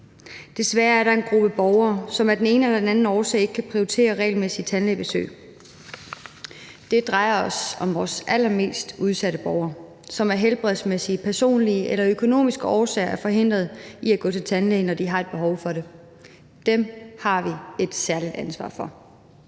Desværre er der en gruppe borgere, som af den ene eller den anden årsag ikke kan prioritere regelmæssige tandlægebesøg. Det drejer sig om vores allermest udsatte borgere, som af helbredsmæssige, personlige eller økonomiske årsager er forhindret i at gå til tandlægen, når de har et behov for det. Dem har vi et særligt ansvar for.